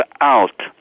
out